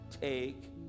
take